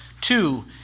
Two